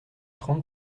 trente